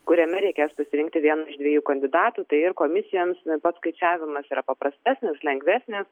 kuriame reikės pasirinkti vieną iš dviejų kandidatų tai ir komisijoms paskaičiavimas yra paprastesnis lengvesnis